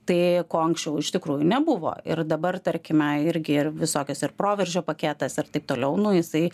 tai ko anksčiau iš tikrųjų nebuvo ir dabar tarkime irgi ir visokios ir proveržio paketas ir taip toliau nu jisai